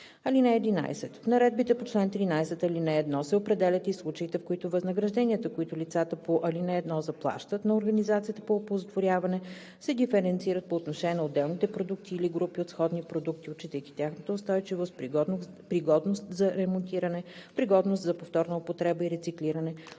събиране. (11) С наредбите по чл. 13, ал. 1 се определят и случаите, в които възнагражденията, които лицата по ал. 1 заплащат на организацията по оползотворяване, се диференцират по отношение на отделните продукти или групи от сходни продукти, отчитайки тяхната устойчивост, пригодност за ремонтиране, пригодност за повторна употреба и рециклиране,